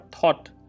thought